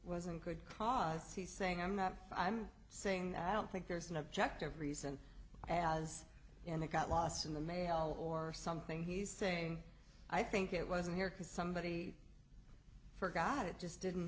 wasn't good cause he's saying i'm not i'm saying that i don't think there's an objective reason as in that got lost in the mail or something he's saying i think it wasn't here because somebody forgot it just didn't